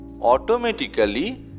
automatically